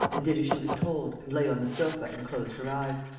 and did as she was told and lay on the sofa and closed her eyes.